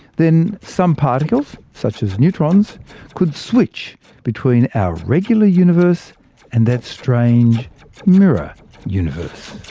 then some particles such as neutrons could switch between our regular universe and that strange mirror universe.